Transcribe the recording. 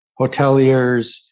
hoteliers